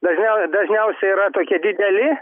dažniau dažniausiai yra tokie dideli